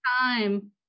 time